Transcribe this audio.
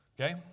Okay